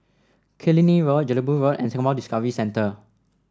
Killiney Road Jelebu Road and Singapore Discovery Centre